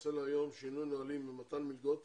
הנושא להיום: שינוי נהלים ומתן מלגות